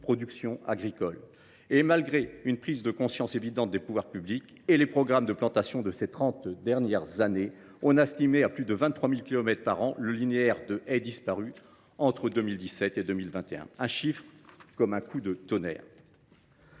production agricole. Et malgré une prise de conscience évidente des pouvoirs publics et les programmes de plantation lancés au cours de ces trente dernières années, on estime à plus de 23 000 kilomètres par an le linéaire de haies disparu entre 2017 et 2021. Ce chiffre résonne comme un coup de tonnerre.